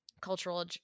cultural